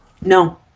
no